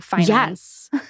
Yes